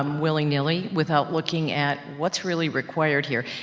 um willy-nilly without looking at what's really required here.